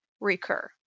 Recur